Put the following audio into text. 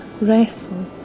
restful